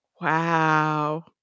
Wow